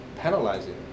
penalizing